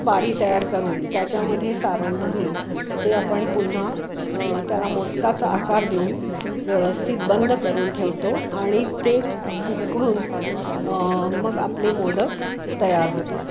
पारी तयार करून त्याच्यामध्ये सारण भरून ते आपण पुन्हा त्याला मोदकाचा आकार देऊन व्यवस्थित बंद करून ठेवतो आणि तेच उकडून मग आपले मोदक तयार होतात